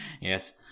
yes